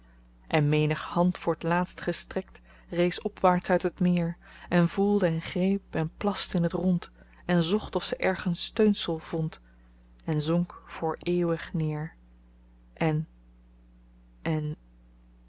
en menig hand voor t laatst gestrekt rees opwaarts uit het meer en voelde en greep en plaste in t rond en zocht of ze ergens steunsel vond en zonk voor eeuwig neer en en en